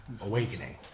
awakening